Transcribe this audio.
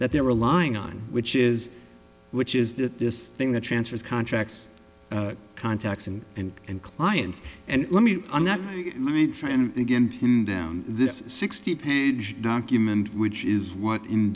that they're relying on which is which is that this thing that transfers contracts contacts and and and clients and let me on that let me try and again pin down this sixty page document which is what in